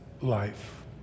life